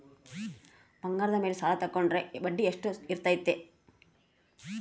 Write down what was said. ಬಂಗಾರದ ಮೇಲೆ ಸಾಲ ತೋಗೊಂಡ್ರೆ ಬಡ್ಡಿ ಎಷ್ಟು ಇರ್ತೈತೆ?